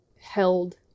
held